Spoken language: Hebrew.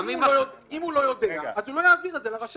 אם הוא לא יודע, הוא לא יעביר את זה לרשם.